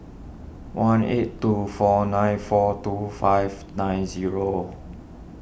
one eight two four nine four two five nine zero